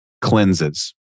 cleanses